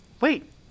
Wait